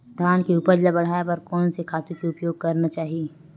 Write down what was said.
धान के उपज ल बढ़ाये बर कोन से खातु के उपयोग करना चाही?